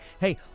hey